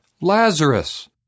Lazarus